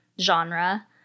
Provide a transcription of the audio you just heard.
genre